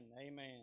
Amen